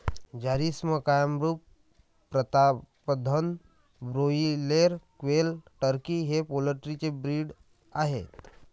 Jharsim, Kamrup, Pratapdhan, broiler, quail, turkey हे poultry चे breed आहेत